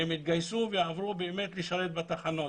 הם התגייסו ועברו לשרת בתחנות,